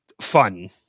fun